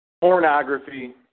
Pornography